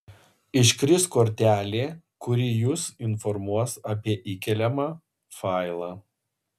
iškris kortelė kuri jus informuos apie įkeliamą failą